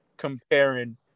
Comparing